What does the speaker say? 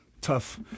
tough